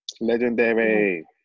Legendary